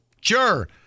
sure